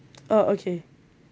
uh okay